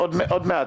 עוד מעט.